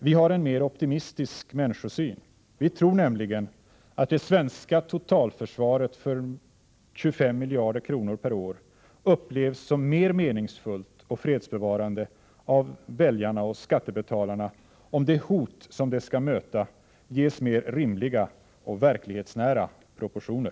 Vi har en mer optimistisk människosyn. Vi tror nämligen att det svenska totalförsvaret, som kostar 25 miljarder kronor per år, upplevs som mer meningsfullt och fredsbevarande av väljarna och skattebetalarna, om det hot som det skall möta ges mer rimliga och verklighetsnära proportioner.